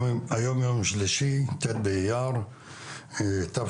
היום יום שלישי ט' באייר התשפ"ב,